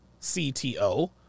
CTO